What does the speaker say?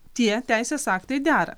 tie teisės aktai dera